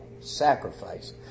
sacrifice